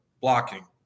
blocking